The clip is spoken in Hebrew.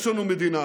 יש לנו מדינה,